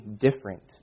different